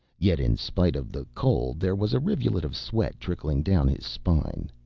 yet in spite of the cold there was a rivulet of sweat trickling down his spine.